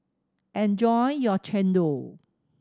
enjoy your chendol